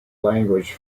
language